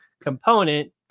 component